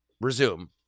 Resume